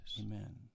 Amen